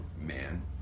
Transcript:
man